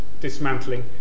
dismantling